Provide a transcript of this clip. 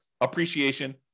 appreciation